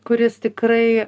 kuris tikrai